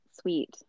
sweet